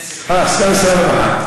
סגן שר הרווחה.